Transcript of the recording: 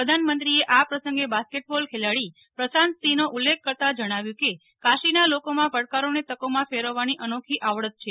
પ્રધાનમંત્રીએ આ પ્રસંગે બાસ્કેટબોલ ખેલાડી પ્રશાંતસિંહનો ઉલ્લેખ કરતાં જણાવ્યું કે કાશીના લોકોમાં પડકારોને તકોમાં ફેરવવાની અનોખી આવડત છે